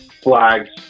flags